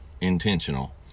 intentional